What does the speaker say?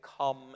come